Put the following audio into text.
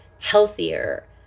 healthier